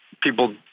people